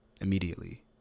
immediately